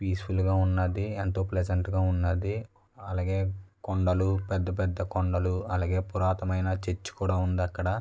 పీస్ఫుల్గా ఉన్నాది ఎంతో ప్లెషంట్గా ఉన్నాది అలాగే కొండలు పెద్ద పెద్ద కొండలు అలాగే పురాతనమైన చర్చి కూడా ఉంది అక్కడ